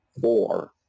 four